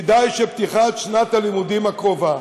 כדאי שפתיחת שנת הלימודים הקרובה